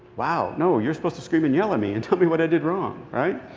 wow, no, you're supposed to scream and yell at me and tell me what i did wrong, right?